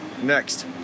Next